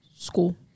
School